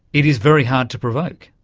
it is very hard to provoke.